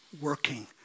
working